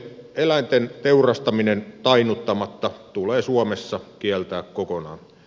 eläinten teurastaminen tainnuttamatta tulee suomessa kieltää kokonaan